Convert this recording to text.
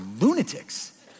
lunatics